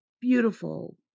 beautiful